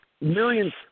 Millions